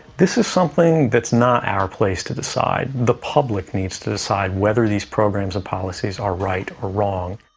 this is something that's not our place to decide. the public needs to decide whether these programs and policies are right or wrong.